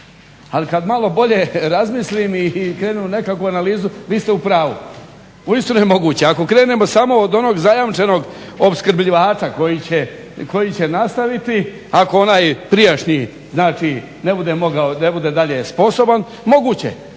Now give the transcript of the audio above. Ali kad malo bolje razmislim i krenem u nekakvu analizu vi ste u pravu. Uistinu je moguće. Ako krenemo samo od onog zajamčenog opskrbljivača koji će nastaviti, ako onaj prijašnji znači ne bude dalje sposoban moguće